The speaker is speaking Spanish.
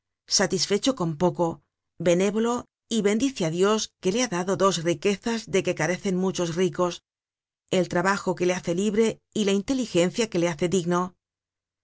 satisfecho con poco benévolo y bendice á dios que le ha dado dos riquezas de que carecen muchos ricos el trabajo que le hace libre y la inteligencia que le hace digno